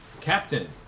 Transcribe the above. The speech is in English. Captain